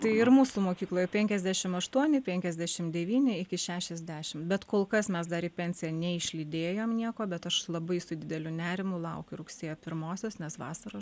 tai ir mūsų mokykloj penkiasdešim aštuoni penkiasdešim devyni iki šešiasdešim bet kol kas mes dar į pensiją nei išlydėjom nieko bet aš labai su dideliu nerimu laukiu rugsėjo pirmosios nes vasarą